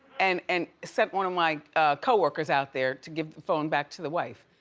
and and sent one of my coworkers out there to give the phone back to the wife.